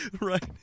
Right